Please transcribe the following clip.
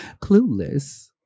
clueless